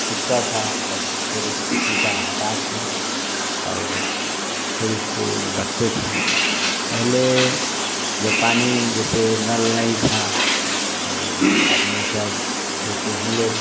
सूखता था तब फिर उसको चूटा हटा के और फिर इसको रखते थे पहले जो पानी जैसे नल नहीं था तो आदमी सब जैसे हम लोग